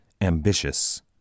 ambitious